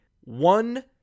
one